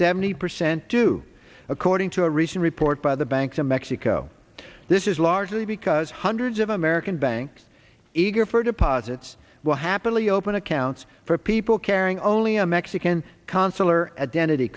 seventy percent do according to a recent report by the banks in mexico this is largely because hundreds of american banks eager for deposits will happily open accounts for people carrying only a mexican consul or a den